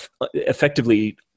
effectively